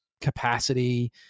capacity